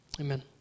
amen